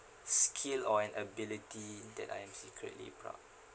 skill or an ability that I am secretly proud